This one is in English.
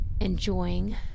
enjoying